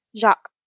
Jacques